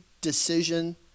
decision